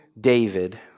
David